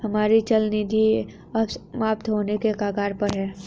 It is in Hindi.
हमारी चल निधि अब समाप्त होने के कगार पर है